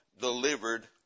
delivered